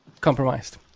compromised